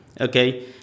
okay